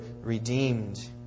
redeemed